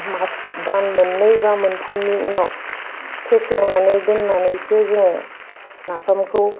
मास दान मोननै बा मोनथामनि उनाव फेसेवनानै दोननानैसो जोङो नाफामखौ